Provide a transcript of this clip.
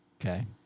Okay